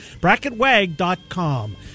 BracketWag.com